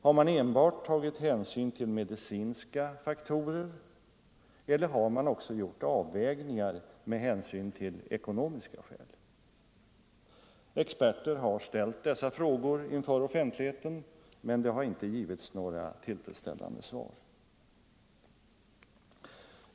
Har man enbart tagit hänsyn till medicinska faktorer eller har man också gjort avvägningar med hänsyn till ekonomiska skäl? Experter har offentligt ställt dessa frågor, men det har inte givits några tillfredsställande svar.